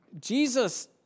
Jesus